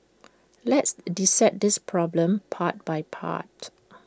let's dissect this problem part by part